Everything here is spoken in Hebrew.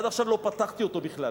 עד עכשיו לא פתחתי אותו בכלל.